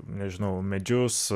nežinau medžius